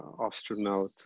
astronaut